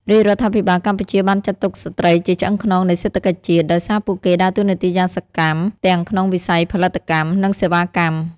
រាជរដ្ឋាភិបាលកម្ពុជាបានចាត់ទុកស្ត្រីជាឆ្អឹងខ្នងនៃសេដ្ឋកិច្ចជាតិ ដោយសារពួកគេដើតួនាទីយ៉ាងសកម្មទាំងក្នុងវិស័យផលិតកម្ម និងសេវាកម្ម។